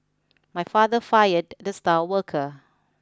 my father fired the star worker